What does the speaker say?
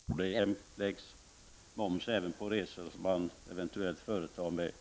Herr talman! Viola Claesson tog upp frågan om moms på järnvägstransporter. Om inte Viola Claesson har upptäckt det, kan jag tala om att momsen är neutral på så sätt att den läggs även på bensinen. Det är många som har upptäckt det, faktiskt. Det läggs moms på flygresor och det läggs moms även på resor som man eventuellt företar med